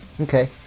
okay